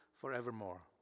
forevermore